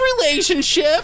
relationship